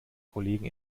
kollegen